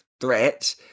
threat